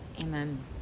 Amen